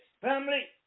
Family